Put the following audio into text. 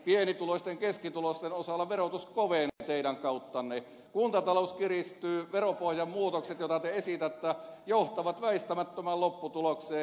pienituloisten keskituloisten osalla verotus kovenee teidän kauttanne kuntatalous kiristyy veropohjan muutokset joita te esitätte johtavat väistämättömään lopputulokseen